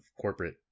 corporate